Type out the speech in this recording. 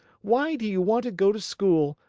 why do you want to go to school?